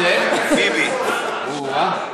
אוה.